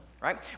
Right